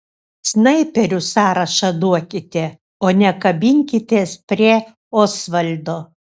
snaiperių sąrašą duokite o ne kabinkitės prie osvaldo